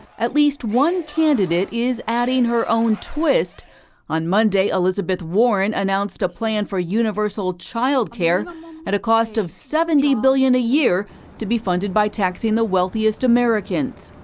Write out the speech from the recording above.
at least one candidate is adding her own twist on monday, elizabeth warren announced a plan for universal child care at a cost of seventy million a year to be funded by taxing the wealthiest americans.